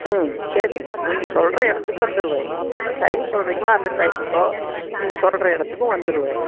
ம் சரிங்க நீங்கள் சொல்கிற இடத்துக்கு வந்துடுவேன் என்ன டைம் சொல்கிறிங்களோ அந்த டைம்முக்கு நீங்கள் சொல்கிற இடத்துக்கும் வந்துடுவேன்